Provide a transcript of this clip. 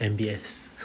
M_B_S